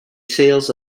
sales